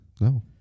no